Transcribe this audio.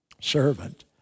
servant